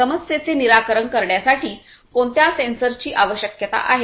समस्येचे निराकरण करण्यासाठी कोणत्या सेन्सर्सची आवश्यकता आहे